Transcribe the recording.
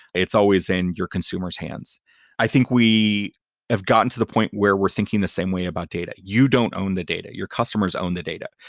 it's always in your consumer's hands i think we have gotten to the point where we're thinking in the same way about data. you don't own the data. your customers own the data.